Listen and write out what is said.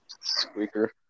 Squeaker